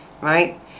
right